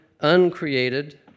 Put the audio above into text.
uncreated